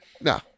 No